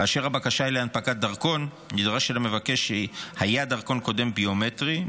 כאשר הבקשה היא להנפקת דרכון נדרש שלמבקש היה דרכון ביומטרי קודם,